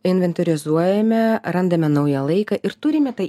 inventorizuojame randame naują laiką ir turime tai